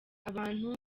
abantu